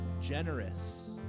generous